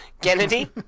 Kennedy